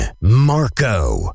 Marco